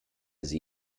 sie